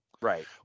Right